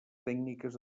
tècniques